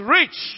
rich